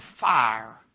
fire